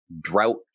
drought